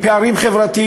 "פערים חברתיים",